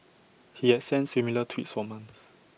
he had sent similar tweets for months